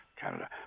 Canada